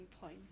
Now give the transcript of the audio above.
point